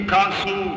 Council